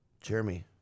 Jeremy